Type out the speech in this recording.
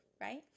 right